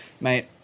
mate